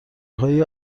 های